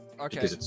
Okay